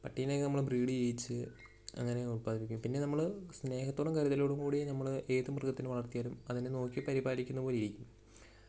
പട്ടിയൊക്കെ നമ്മൾ ബ്രീഡ് ചെയ്യിച്ച് അങ്ങനെ ഉത്പാദിപ്പിക്കും പിന്നെ നമ്മൾ സ്നേഹത്തോടും കരുതലോടും കൂടി നമ്മൾ ഏതു മൃഗത്തിനെ വളർത്തിയാലും അതിനെ നോക്കി പരിപാലിക്കുന്ന പോലിരിക്കും